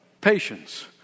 patience